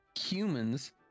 humans